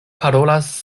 parolas